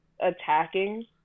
attacking